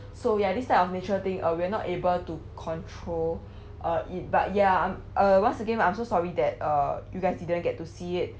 so ya this type of nature thing uh we're not able to control uh it but ya I'm~ uh once again I'm so sorry that uh you guys didn't get to see it